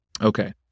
Okay